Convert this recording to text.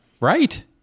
Right